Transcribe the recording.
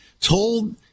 told